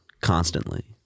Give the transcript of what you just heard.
constantly